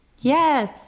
yes